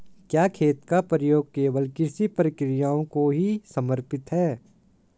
क्या खेत का प्रयोग केवल कृषि प्रक्रियाओं को ही समर्पित है?